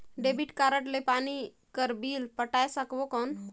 Debit card ले पानी कर बिल पटाय सकबो कौन?